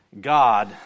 God